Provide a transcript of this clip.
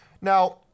Now